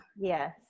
yes